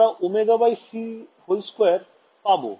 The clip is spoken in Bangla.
আমরা ωc2 পাবো